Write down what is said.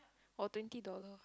or twenty dollar